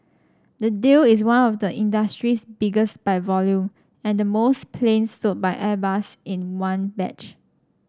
the deal is one of the industry's biggest by volume and the most planes sold by Airbus in one batch